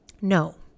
no